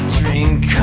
drink